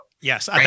Yes